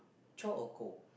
chore or chore